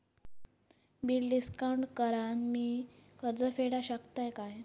Bill discount करान मी कर्ज फेडा शकताय काय?